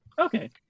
okay